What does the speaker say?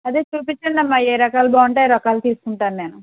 అదే చూపించండి అమ్మ ఏ రకాలు బాగుంటే ఆ రకాలు తీసుకుంటాను నేను